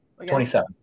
27